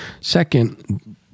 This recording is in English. Second